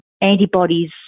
antibodies